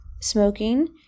smoking